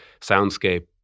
soundscape